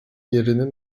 yerini